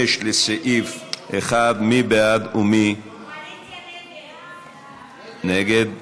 5, לסעיף 1. ההסתייגות (5)